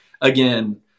again –